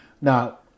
Now